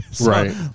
right